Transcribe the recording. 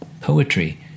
Poetry